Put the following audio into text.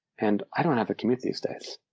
and i don't have a community these days.